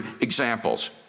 examples